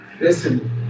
Listen